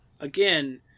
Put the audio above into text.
again